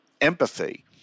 empathy